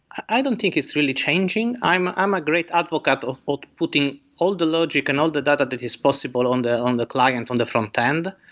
i don't think it's really changing. i'm i'm a great advocate of putting all the logic and all the data that is possible on the on the client on the frontend,